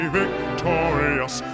victorious